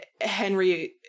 Henry